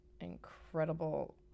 incredible